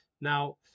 Now